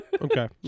Okay